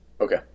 Okay